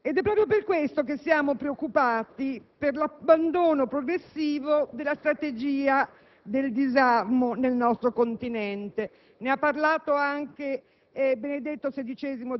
Il voto del Gruppo Insieme con l'Unione, a favore della politica estera qui esposta dal ministro D'Alema, si accompagna al nostro impegno per tale obiettivo.